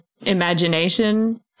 imagination